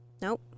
Nope